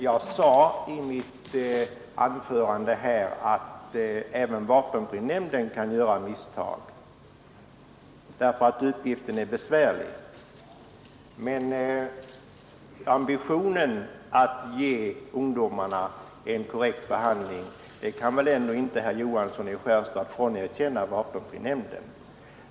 Jag sade i mitt anförande här att även vapenfrinämnden kan göra omedvetna misstag, eftersom uppgiften är besvärlig, men ambitionen att ge ungdomarna en korrekt behandling kan väl inte herr Johansson i Skärstad frånkänna vapenfrinämnden.